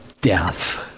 death